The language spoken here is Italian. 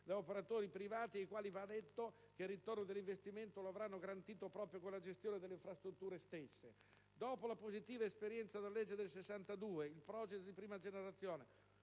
da operatori privati, ai quali va detto che il ritorno dell'investimento lo avranno garantito proprio con la gestione delle infrastrutture stesse. Dopo la positiva esperienza della legge n. 166 del 2002 che ha introdotto